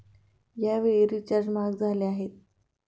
यावेळी रिचार्ज महाग झाले आहेत